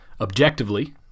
Objectively